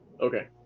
Okay